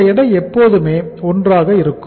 இந்த எடை எப்போதுமே 1 ஆக இருக்கும்